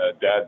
dad